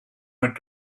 went